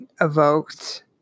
evoked